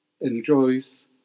enjoys